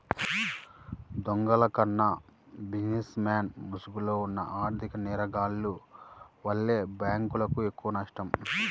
దొంగల కన్నా బిజినెస్ మెన్ల ముసుగులో ఉన్న ఆర్ధిక నేరగాల్ల వల్లే బ్యేంకులకు ఎక్కువనష్టం